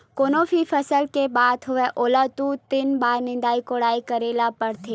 कोनो भी फसल के बात होवय ओला दू, तीन बार निंदई कोड़ई करे बर परथे